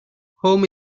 home